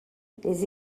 les